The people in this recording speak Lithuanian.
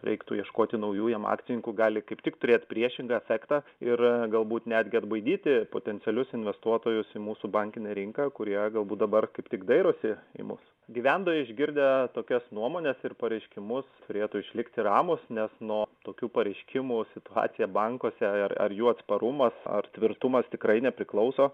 reiktų ieškoti naujų jam akcininkų gali kaip tik turėt priešingą efektą ir galbūt netgi atbaidyti potencialius investuotojus į mūsų bankinę rinką kurie galbūt dabar kaip tik dairosi į mus gyventojai išgirdę tokias nuomones ir pareiškimus turėtų išlikti ramūs nes nuo tokių pareiškimų situacija bankuose ar ar jų atsparumas ar tvirtumas tikrai nepriklauso